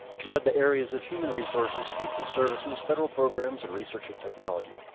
she led the areas of human resources, people services, federal programs, and research and technology.